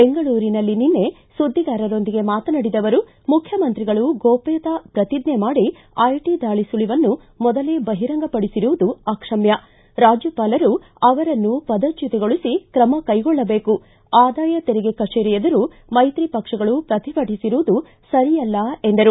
ಬೆಂಗಳೂರಿನಲ್ಲಿ ನಿನ್ನೆ ಸುದ್ದಿಗಾರರೊಂದಿಗೆ ಮಾತನಾಡಿದ ಅವರು ಮುಖ್ಶಮಂತ್ರಿಗಳು ಗೋಪ್ಠತಾ ಪ್ರತಿಜ್ಞೆ ಮಾಡಿ ಐಟಿ ದಾಳಿ ಸುಳಿವನ್ನು ಮೊದಲೇ ಬಹಿರಂಗಪಡಿಸಿರುವುದು ಅಕ್ಷಮ್ಯ ರಾಜ್ಯಪಾಲರು ಅವರನ್ನು ಪದಚ್ಯುತಗೊಳಿಸಿ ತ್ರಮ ಕೈಗೊಳ್ಳಬೇಕು ಆದಾಯ ತೆರಿಗೆ ಕಚೇರಿ ಎದುರು ಮೈತ್ರಿ ಪಕ್ಷಗಳು ಪ್ರತಿಭಟಿಸಿರುವುದು ಸರಿಯಲ್ಲ ಎಂದರು